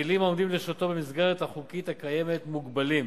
הכלים העומדים לרשותו במסגרת החוקית הקיימת מוגבלים,